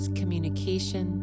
communication